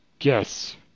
Yes